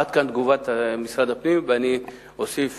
עד כאן תגובת משרד הפנים, ואני אוסיף